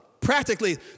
practically